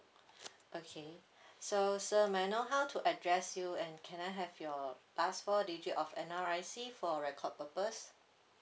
okay so sir may I know how to address you and can I have your last four digit of N_R_I_C for record purpose